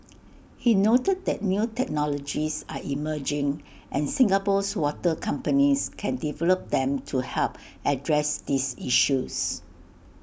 he noted that new technologies are emerging and Singapore's water companies can develop them to help address these issues